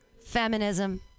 feminism